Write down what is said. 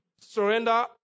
surrender